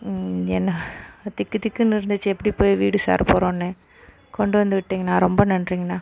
என்ன திக்கு திக்குனு இருந்துச்சு எப்படி போய் வீடு சேரப்போகிறோன்னு கொண்டு வந்து விட்டீங்கண்ணா ரொம்ப நன்றீங்கணா